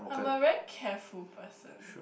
I'm a very careful person